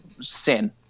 sin